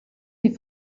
sie